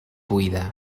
buida